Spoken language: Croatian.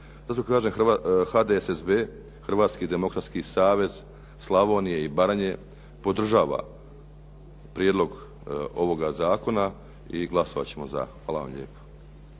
Zato kažem HDSSB Hrvatski demokratski savez Slavonije i Baranje podržava prijedlog ovoga zakona i glasovat ćemo za. Hvala vam lijepo.